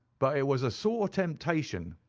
but it was a sore temptation.